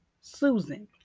Susan